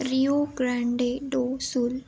rio grande do sul